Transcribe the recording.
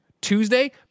Tuesday